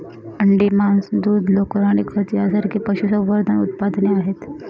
अंडी, मांस, दूध, लोकर आणि खत यांसारखी पशुसंवर्धन उत्पादने आहेत